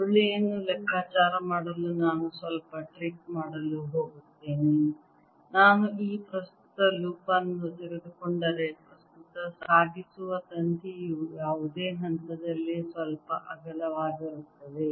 ಸುರುಳಿಯನ್ನು ಲೆಕ್ಕಾಚಾರ ಮಾಡಲು ನಾನು ಸ್ವಲ್ಪ ಟ್ರಿಕ್ ಮಾಡಲು ಹೋಗುತ್ತೇನೆ ನಾನು ಈ ಪ್ರಸ್ತುತ ಲೂಪ್ ಅನ್ನು ತೆಗೆದುಕೊಂಡರೆ ಪ್ರಸ್ತುತ ಸಾಗಿಸುವ ತಂತಿಯು ಯಾವುದೇ ಹಂತದಲ್ಲಿ ಸ್ವಲ್ಪ ಅಗಲವಾಗಿರುತ್ತದೆ